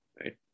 right